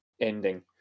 ending